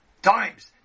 Times